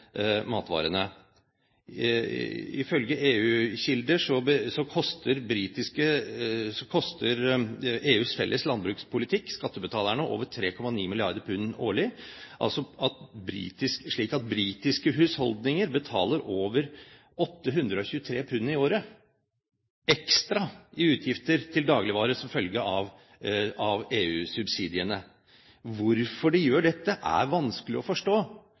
matvarene. Ifølge EU-kilder koster EUs felles landbrukspolitikk skattebetalerne over 3,9 milliarder pund årlig, slik at britiske husholdninger betaler over 823 pund i året ekstra i utgifter til dagligvarer som følge av EU-subsidiene. Hvorfor de gjør dette, er vanskelig å forstå,